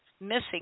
missing